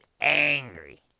angry